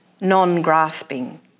non-grasping